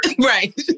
Right